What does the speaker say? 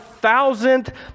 thousandth